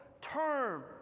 term